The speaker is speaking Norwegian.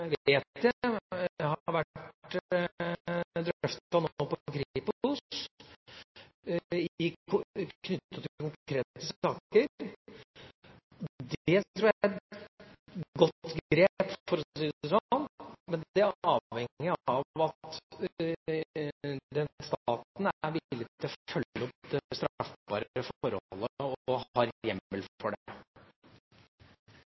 jeg har vært drøftet i Kripos i tilknytning til konkrete saker. Dette tror jeg er et godt grep, for å si det sånn, men det avhenger jo av at den staten er villig til å følge opp det straffbare forholdet – og har hjemmel